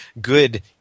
good